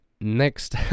next